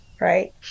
right